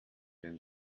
den